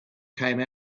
came